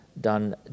done